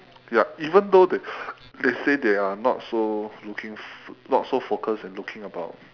yup even though they they say they are not so looking not so focused in looking about